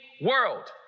world